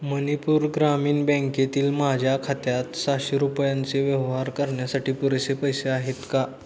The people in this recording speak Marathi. मणिपूर ग्रामीण बँकेतील माझ्या खात्यात सहाशे रुपयांचे व्यवहार करण्यासाठी पुरेसे पैसे आहेत का